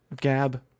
Gab